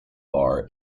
bar